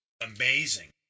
amazing